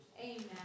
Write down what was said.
Amen